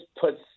puts